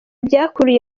byakuruye